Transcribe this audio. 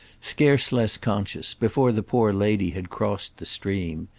scarce less conscious, before the poor lady had crossed the stream.